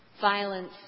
violence